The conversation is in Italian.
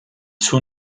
suo